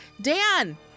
Dan